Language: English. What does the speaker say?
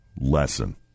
lesson